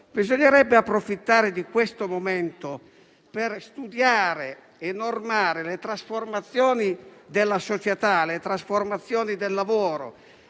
Bisognerebbe approfittare di questo momento per studiare e normare le trasformazioni della società, le trasformazioni del lavoro,